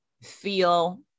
feel